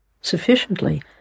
sufficiently